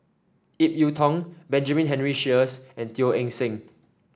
Ip Yiu Tung Benjamin Henry Sheares and Teo Eng Seng